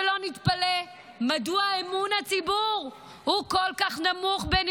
שלא נתפלא מדוע אמון הציבור בנבחריה הוא כל כך נמוך.